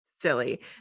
silly